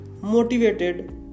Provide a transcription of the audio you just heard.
motivated